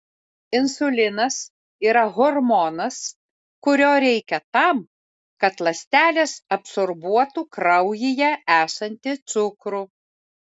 insulinas yra hormonas kurio reikia tam kad ląstelės absorbuotų kraujyje esantį cukrų